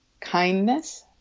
kindness